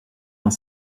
dans